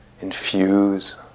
infuse